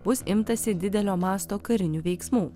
bus imtasi didelio masto karinių veiksmų